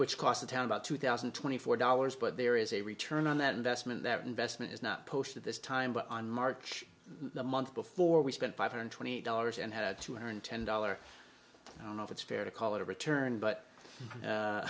which cost the town about two thousand and twenty four dollars but there is a return on that investment that investment is not posted this time but on march the month before we spent five hundred twenty dollars and had two hundred ten dollars i don't know if it's fair to call it a return but